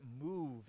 move